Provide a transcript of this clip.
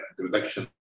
introduction